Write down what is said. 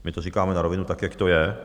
My to říkáme na rovinu, tak jak to je.